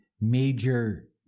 major